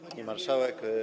Pani Marszałek!